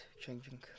changing